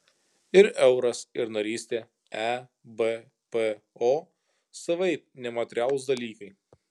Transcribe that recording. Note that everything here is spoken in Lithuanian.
ir euras ir narystė ebpo savaip nematerialūs dalykai